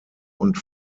und